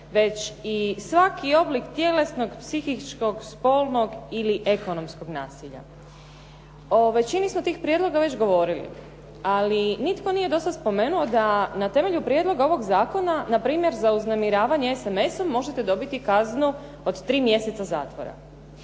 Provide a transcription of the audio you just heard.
već i svaki oblik tjelesnog, psihičkog, spolnog ili ekonomskog nasilja. O većini smo tih prijedloga već govorili, ali nitko nije do sad spomenuo da na temelju prijedloga ovog zakona, npr. za uznemiravanje sms-om možete dobiti kaznu od 3 mjeseca zatvora.